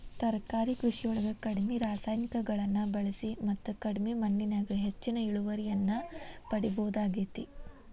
ತರಕಾರಿ ಕೃಷಿಯೊಳಗ ಕಡಿಮಿ ರಾಸಾಯನಿಕಗಳನ್ನ ಬಳಿಸಿ ಮತ್ತ ಕಡಿಮಿ ಮಣ್ಣಿನ್ಯಾಗ ಹೆಚ್ಚಿನ ಇಳುವರಿಯನ್ನ ಪಡಿಬೋದಾಗೇತಿ